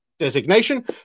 designation